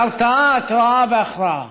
הרתעה, התרעה והכרעה,